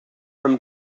from